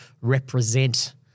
represent